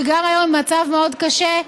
שגם היום במצב מאוד קשה,